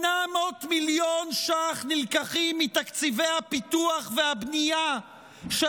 800 מיליון ש"ח נלקחים מתקציבי הפיתוח והבנייה של